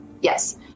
Yes